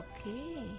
Okay